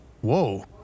whoa